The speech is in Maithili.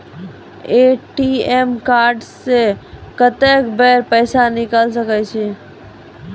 ए.टी.एम कार्ड से कत्तेक बेर पैसा निकाल सके छी?